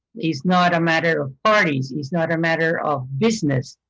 it's not a matter of parties. it's not a matter of business.